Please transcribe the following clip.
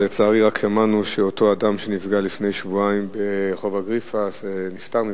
רק שמענו שאותו אדם שנפגע לפני שבועיים ברחוב אגריפס נפטר מפצעיו.